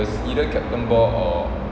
it's either captain ball or